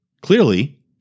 clearly